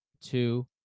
two